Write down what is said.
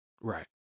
Right